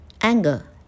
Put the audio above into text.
anger